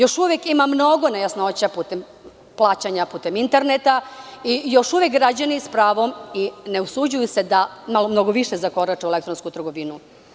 Još uvek ima mnogo nejasnoća putem plaćanja putem interneta i još uvek građani s pravom se ne usuđuju da mnogo više zakorače u elektronsku trgovinu.